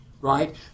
right